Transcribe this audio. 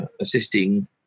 assisting